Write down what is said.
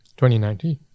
2019